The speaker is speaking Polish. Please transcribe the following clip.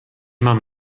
mam